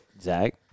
Zach